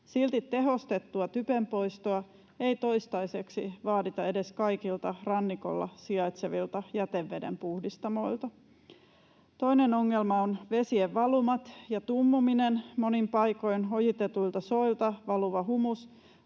Silti tehostettua typenpoistoa ei toistaiseksi vaadita edes kaikilta rannikolla sijaitsevilta jätevedenpuhdistamoilta. Toinen ongelma on vesien valumat ja tummuminen. Monin paikoin ojitetuilta soilta valuva humus